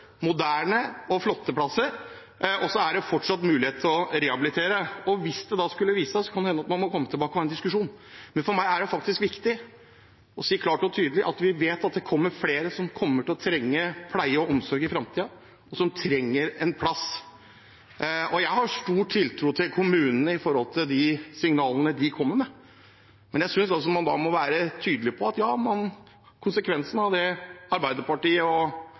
Så er det fortsatt mulighet for å rehabilitere – og hvis det skulle vise seg, kan det hende at man må komme tilbake og ha en diskusjon. For meg er det viktig å si klart og tydelig at vi vet det kommer flere som kommer til å trenge pleie og omsorg i framtiden, og som trenger en plass. Jeg har stor tiltro til kommunene vedrørende de signalene de kommer med. Men jeg synes man må være tydelig på at konsekvensen av det representanten Christoffersen, fra Arbeiderpartiet,